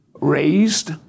raised